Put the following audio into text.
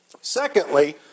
Secondly